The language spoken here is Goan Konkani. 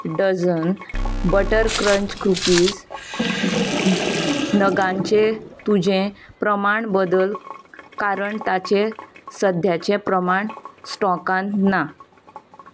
डझन बटर क्रंच कुकीज नगांचें तुजें प्रमाण बदल कारण ताचें सद्याचें प्रमाण स्टॉकान ना